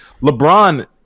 LeBron